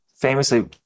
famously